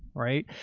right?